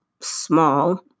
small